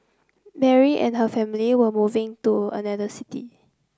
Mary and her family were moving to another city